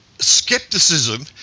Skepticism